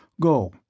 go